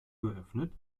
geöffnet